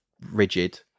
rigid